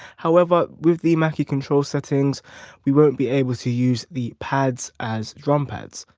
however with the mackie control settings we won't be able to use the pads as drum pads.